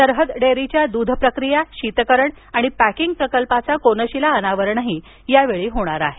सरहद डेअरीच्या दूध प्रक्रिया शीतकरण आणि पॅकिंग प्रकल्पाचं कोनशिला अनावरणही यावेळी होणार आहे